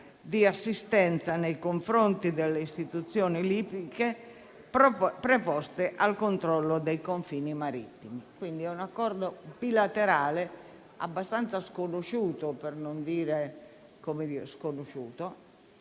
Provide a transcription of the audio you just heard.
di assistenza nei confronti delle istituzioni libiche preposte al controllo dei confini marittimi. Si tratta di un accordo bilaterale abbastanza, se non del tutto, sconosciuto.